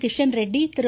Kishan Reddy Thiru